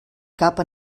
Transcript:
capa